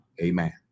amen